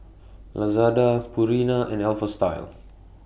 Lazada Purina and Alpha Style